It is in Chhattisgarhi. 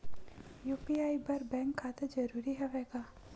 यू.पी.आई बर बैंक खाता जरूरी हवय का?